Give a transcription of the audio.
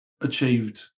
achieved